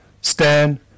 Stan